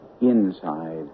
inside